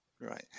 right